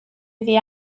iddi